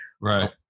Right